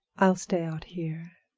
i'll stay out here.